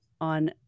on